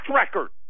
record